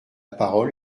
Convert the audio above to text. parole